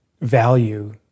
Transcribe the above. value